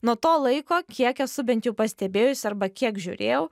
nuo to laiko kiek esu bent jau pastebėjus arba kiek žiūrėjau